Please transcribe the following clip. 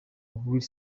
will